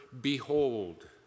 behold